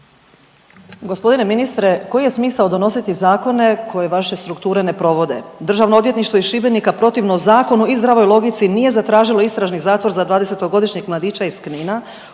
Gospodine ministre koji je smisao donositi zakone koje vaše strukture ne provode? Državno odvjetništvo iz Šibenika protivno zakonu i zdravoj logici nije zatražilo istražni zatvor za dvadesetogodišnjeg mladića iz Knina